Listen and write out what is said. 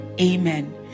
Amen